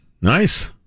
nice